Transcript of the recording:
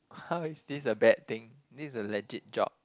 how is this a bad thing this is a legit job